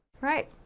Right